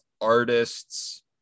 artists